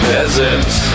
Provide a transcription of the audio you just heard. Peasants